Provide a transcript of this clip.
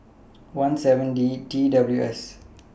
I seven D T W S